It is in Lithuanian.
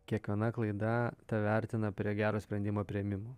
kiekviena klaida tave artina prie gero sprendimo priėmimo